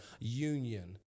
union